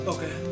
Okay